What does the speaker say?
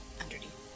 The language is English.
underneath